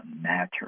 matter